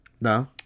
no